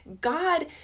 God